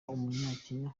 umunyakenya